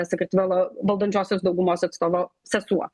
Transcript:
sakartvelo valdančiosios daugumos atstovo sesuo